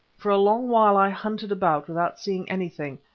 for a long while i hunted about without seeing anything,